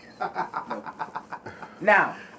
Now